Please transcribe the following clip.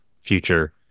future